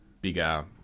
bigger